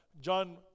John